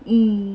mm